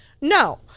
No